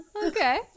Okay